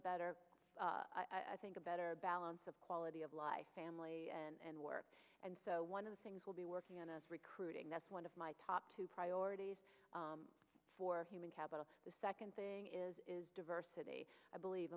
a better i think a better balance of quality of life family and work and so one of the things we'll be working on is recruiting that's one of my top two priorities for human capital the second thing is diversity i believe